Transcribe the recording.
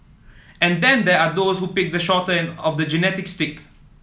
and then there are those who picked the shorter of the genetic stick